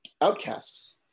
outcasts